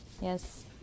Yes